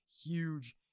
Huge